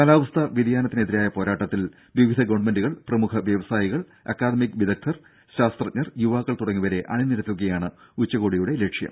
കാലാവസ്ഥാ വ്യതിയാനത്തിനെതിരായ പോരാട്ടത്തിൽ വിവിധ ഗവൺമെന്റുകൾ പ്രമുഖ വ്യവസായികൾ അക്കാദമിക വിദഗ്ദ്ധർ ശാസ്ത്രജ്ഞർ യുവാക്കൾ തുടങ്ങിയവരെ അണിനിരത്തുകയാണ് ഉച്ചകോടിയുടെ ലക്ഷ്യം